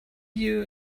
you